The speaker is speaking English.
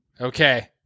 Okay